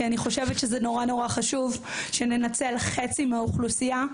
כי אני חושבת שזה נורא נורא חשוב שננצל חצי מהאוכלוסייה,